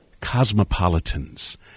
cosmopolitans